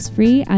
Free